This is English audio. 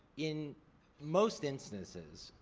in most instances,